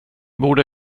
borde